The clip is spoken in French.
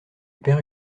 perds